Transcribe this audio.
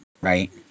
right